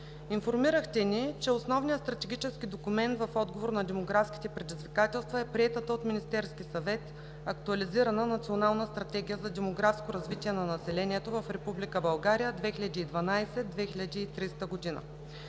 Информирахте ни, че основният стратегически документ, в отговор на демографските предизвикателства, е приетата от Министерския съвет актуализирана Национална стратегия за демографско развитие на населението в Република